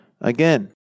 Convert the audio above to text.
again